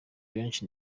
benshi